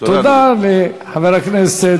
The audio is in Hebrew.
תודה לחבר הכנסת